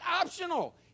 optional